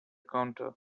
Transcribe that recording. counter